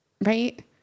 right